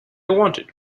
wanted